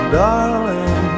darling